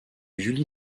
julie